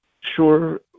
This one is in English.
sure